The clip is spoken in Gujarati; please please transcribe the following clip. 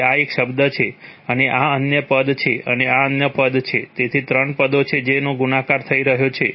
તેથી આ એક શબ્દ છે અને આ અન્ય પદ છે અને આ અન્ય પદ છે તેથી ત્રણ પદો છે જેનો ગુણાકાર થઈ રહ્યો છે